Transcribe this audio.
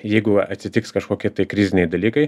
jeigu atsitiks kažkokie tai kriziniai dalykai